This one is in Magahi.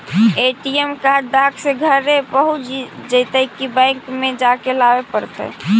ए.टी.एम कार्ड डाक से घरे पहुँच जईतै कि बैंक में जाके लाबे पड़तै?